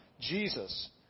Jesus